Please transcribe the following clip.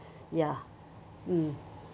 ya mm